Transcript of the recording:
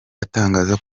atangaza